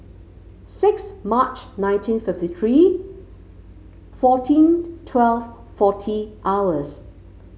six March nineteen fifty three fourteen twelve forty hours